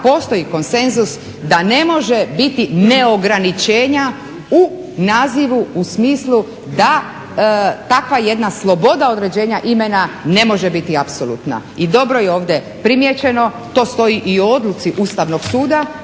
postoji konsenzus da ne može biti neograničenja u nazivu u smislu da takva jedna sloboda određenja imena ne može biti apsolutna. I dobro je ovdje primijećeno, to stoji i u odluci Ustavnog suda